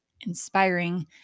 inspiring